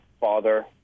father-